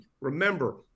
remember